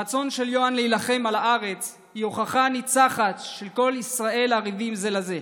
הרצון של יואן להילחם על הארץ הוא הוכחה ניצחת שכל ישראל ערבים זה לזה,